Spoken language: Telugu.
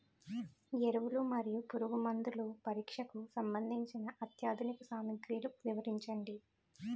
ఎరువులు మరియు పురుగుమందుల పరీక్షకు సంబంధించి అత్యాధునిక సామగ్రిలు వివరించండి?